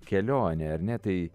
kelionė ar ne tai